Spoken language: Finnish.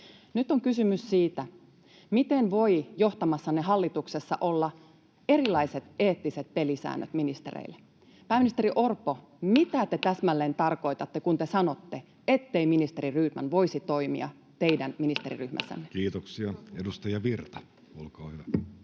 Nyt on kysymys siitä, miten voi johtamassanne hallituksessa olla erilaiset eettiset pelisäännöt ministereille. Pääministeri Orpo, mitä te täsmälleen tarkoitatte, kun te sanotte, ettei ministeri Rydman voisi toimia teidän